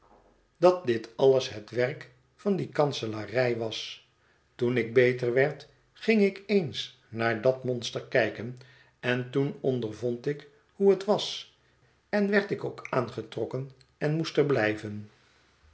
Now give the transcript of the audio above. dat dit alles het werk van die kanselarij was toen ik beter werd ging ik eens naar dat monster kijken en toen ondervond ik hoe het was en werd ik ook aangetrokken en moest er blijven